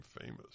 famous